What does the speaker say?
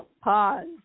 pause